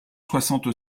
soixante